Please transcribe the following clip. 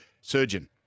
Surgeon